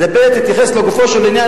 תתייחס לגופו של עניין,